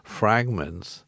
fragments